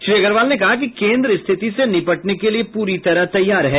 श्री अग्रवाल ने कहा कि केंद्र स्थिति से निपटने के लिए पूरी तरह तैयार है